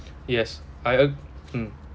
yes I ag~ mm